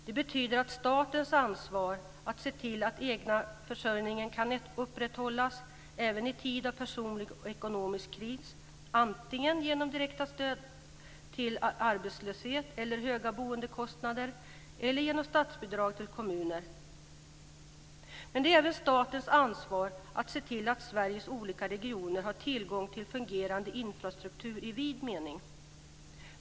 Det betyder att det är statens ansvar att se till att den egna försörjningen kan upprätthållas även i tid av personlig eller ekonomisk kris, antingen genom direkta stöd vid t.ex. arbetslöshet eller höga boendekostnader eller genom statsbidrag till kommuner. Men det är även statens ansvar att se till att Sveriges olika regioner har tillgång till en fungerande infrastruktur i vid mening.